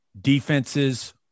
defenses